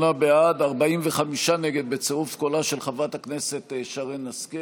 28 בעד, 45 נגד, בצירוף קולה של חברת הכנסת השכל.